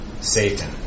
Satan